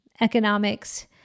Economics